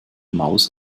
maus